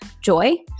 joy